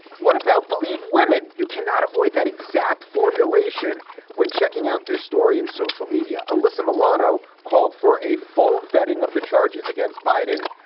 what about believe women? you cannot avoid that exact formulation when checking out this story in social media. alyssa milano called for a full vetting of the charges against biden.